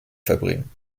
verbringen